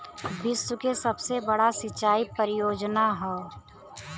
विश्व के सबसे बड़ा सिंचाई परियोजना हौ